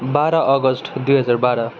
बाह्र अगस्ट दुई हजार बाह्र